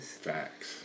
Facts